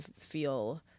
feel